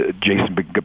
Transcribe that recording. Jason